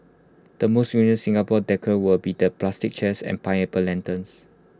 the most Singapore decor will be the plastic chairs and pineapple lanterns